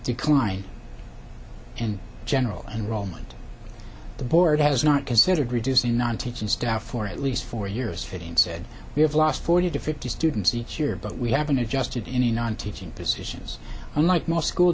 decline and general enrollment the board has not considered reducing non teaching staff for at least four years fifteen said we have lost forty to fifty students each year but we haven't adjusted any non teaching positions unlike most school